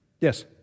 Yes